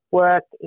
work